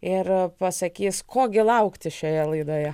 ir pasakys ko gi laukti šioje laidoje